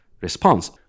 response